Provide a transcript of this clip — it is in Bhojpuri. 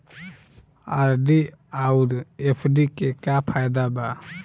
आर.डी आउर एफ.डी के का फायदा बा?